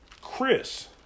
Chris